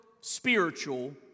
spiritual